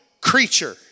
creature